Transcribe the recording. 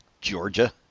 Georgia